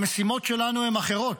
המשימות שלנו הן אחרות.